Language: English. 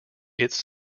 its